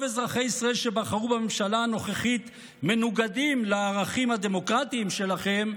אזרחי ישראל שבחרו בממשלה הנוכחית מנוגדים לערכים הדמוקרטיים שלכם,